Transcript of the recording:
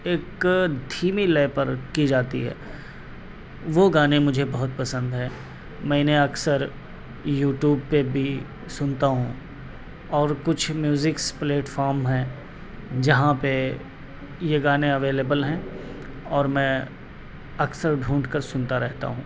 ایک دھیمی لے پر کی جاتی ہے وہ گانے مجھے بہت پسند ہیں میں نے اکثر یوٹیوب پہ بھی سنتا ہوں اور کچھ میوزکس پلیٹفارم ہیں جہاں پہ یہ گانے اویلیبل ہیں اور میں اکثر ڈھونڈ کر سنتا رہتا ہوں